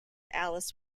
alice